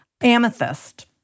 Amethyst